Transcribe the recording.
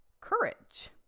courage